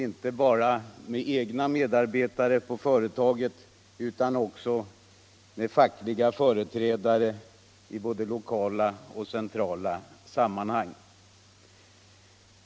Inte bara med egna medarbetare på företaget utan också med fackliga företrädare i både lokala och centrala sammanhang.